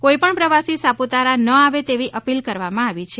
કોઈપણ પ્રવાસી સાપુતારા ન આવે તેવી અપીલ કરવામાં આવી છે